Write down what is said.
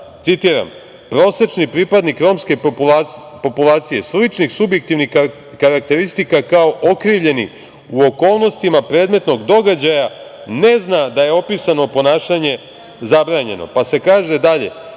citiram: "Prosečni pripadnik romske populacije, sličnih subjektivnih karakteristika kao okrivljeni u okolnostima predmetnog događaja ne zna da je opisano ponašanje zabranjeno", dalje: